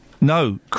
No